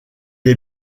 est